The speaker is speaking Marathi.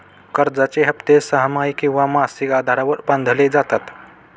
कर्जाचे हप्ते सहामाही किंवा मासिक आधारावर बांधले जातात